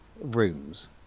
rooms